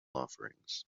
offerings